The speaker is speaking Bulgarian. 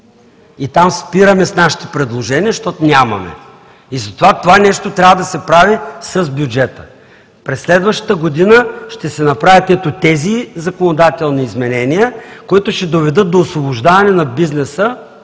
И там спираме с нашите предложения, защото нямаме. Затова това нещо трябва да се прави с бюджета: през следващата година ще се направят ето тези законодателни изменения, които ще доведат до освобождаване на бизнеса,